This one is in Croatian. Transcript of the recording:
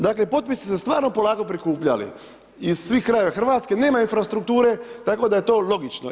Dakle potpisi su se stvarno polako prikupljali iz svih krajeva Hrvatske, nema infrastrukture tako da je to logično.